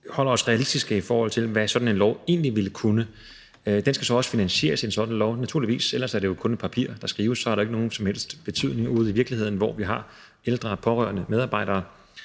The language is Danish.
forholder os realistisk til, hvad sådan en lov egentlig ville kunne. En sådan lov skal naturligvis også finansieres. Ellers er det jo kun et papir, der skrives. Så har den jo ikke nogen som helst betydning ude i virkeligheden, hvor vi har ældre og pårørende og medarbejdere,